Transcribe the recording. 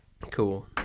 Cool